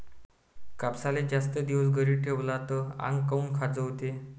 कापसाले जास्त दिवस घरी ठेवला त आंग काऊन खाजवते?